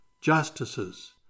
justices